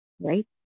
Right